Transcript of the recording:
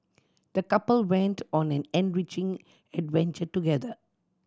the couple went on an enriching adventure together